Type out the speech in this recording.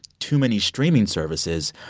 too many streaming services.